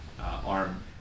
arm